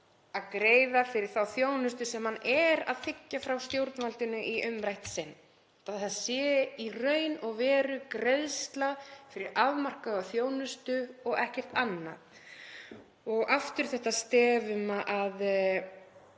að greiða fyrir þá þjónustu sem hann er að þiggja frá stjórnvaldinu í umrætt sinn, að það sé í raun og veru greiðsla fyrir afmarkaða þjónustu og ekkert annað. Og aftur þetta stef um að